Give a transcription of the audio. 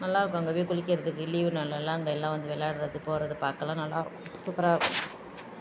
நல்லா இருக்கும் அங்கே போய் குளிக்கிறதுக்கு லீவ் நாள்லெலாம் அங்கே எல்லாம் வந்து விளையாட்றது போவது பார்க்கலாம் நல்லா இருக்கும் சூப்பராக இருக்கும்